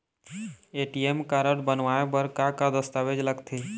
ATM card बनवाए बर का का दस्तावेज लगथे?